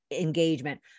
engagement